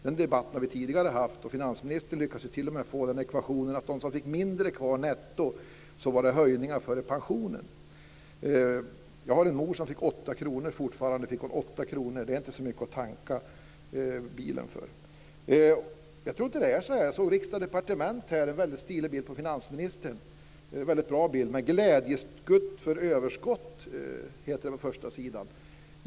Den debatten har vi haft tidigare, och finansministern lyckades ju t.o.m. med ekvationen att för dem som fick mindre kvar netto berodde det på höjningar före pensionen. Jag har en mor som fick 8 kr i höjning. Det är inte så mycket att tanka bilen för. Jag såg i Riksdag & Departement en väldigt stilig bild på finansministern. Det är en väldigt bra bild. Med glädjeskutt för överskott, står det på förstasidan.